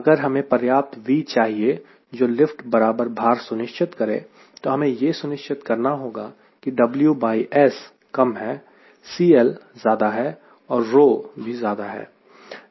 अगर हमें पर्याप्त V चाहिए जो लिफ्ट बराबर भार सुनिश्चित करें तो हमें यह सुनिश्चित करना होगा कि WS कम है CL ज्यादा है और भी ज्यादा है